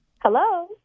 Hello